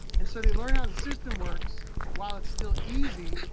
and so they learn how the system works while it's still easy,